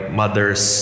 mother's